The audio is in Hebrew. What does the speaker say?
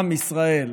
עם ישראל.